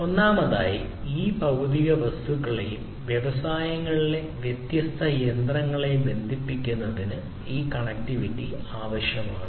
ഒന്നാമതായി ഈ ഭൌതിക വസ്തുക്കളെയും വ്യവസായങ്ങളിലെ വ്യത്യസ്ത യന്ത്രങ്ങളെയും ബന്ധിപ്പിക്കുന്നതിന് ഈ കണക്റ്റിവിറ്റി ആവശ്യമാണ്